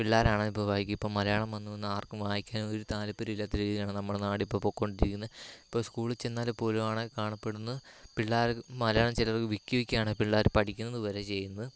പിള്ളേരാണെ ഇപ്പോൾ വായിക്കും ഇപ്പം മലയാളം വന്ന് വന്ന് ആർക്കും വായിക്കാനൊന്നും ഒരു താല്പര്യമില്ലാത്ത രീതിയിലാണ് നമ്മളുടെ നാടിപ്പോൾ പൊയ്ക്കൊണ്ടിരിക്കുന്നത് ഇപ്പോൾ സ്കൂളിൽ ചെന്നാൽ പോലും ആളെ കാണപ്പെടുന്നത് പിള്ളേർ മലയാളം ചിലർ വിക്കി വിക്കിയാണ് പിള്ളേർ പഠിക്കുന്നത് വരെ ചെയ്യുന്നത്